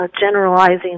generalizing